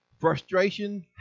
Frustration